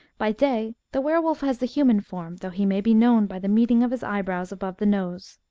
by day the were-wolf has the human form, though he may be known by the meeting of his eyebrows above the nose.